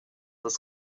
das